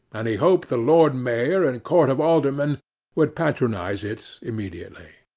and he hoped the lord mayor and court of aldermen would patronize it immediately.